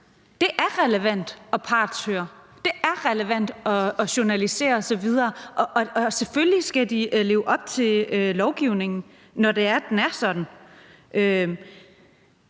Det er relevant at partshøre, det er relevant at journalisere osv., og selvfølgelig skal de leve op til lovgivningen, når det er, at